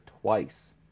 twice